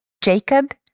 Jacob